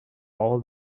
all